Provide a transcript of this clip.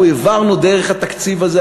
אנחנו העברנו דרך התקציב הזה,